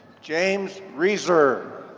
james reasor